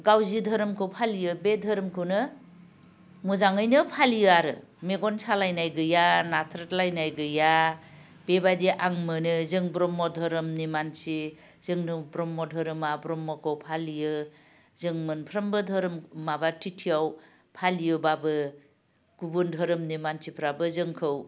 गाव जि धोरोमखौ फालियो बे धोरोमखौनो मोजाङैनो फालियो आरो मेगन सालायनाय गैया नाथ्रोद लायनाय गैया बेबादि आं मोनो जों ब्रह्म धोरोमनि मानसि जोंनो ब्रह्म धोरोमा ब्रह्मखौ फालियो जों मोनफ्रोमबो धोरोम माबा थिथियाव फालियोब्लाबो गुबुन धोरोमनि मानसिफ्राबो जोंखौ